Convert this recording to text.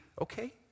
okay